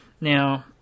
Now